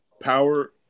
power